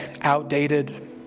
outdated